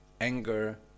anger